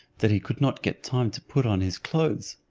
that he could not get time to put on his clothes.